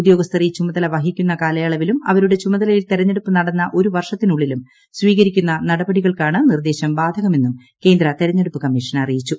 ഉദ്യോഗസ്ഥർ ഈ ചുമതല വഹിക്കുന്ന കാലയളവിലും അവരുടെ ചുമതലയിൽ തെരഞ്ഞെടുപ്പ് നടന്ന് ഒരു വർഷത്തിനുള്ളിലും സ്വീകരിക്കുന്ന നടപടികൾക്കാണ് നിർദ്ദേശം ബാധകമെന്നും കേന്ദ്ര തെരഞ്ഞെടുപ്പ് കമ്മീഷൻ അറിയിച്ചു